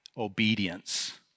Obedience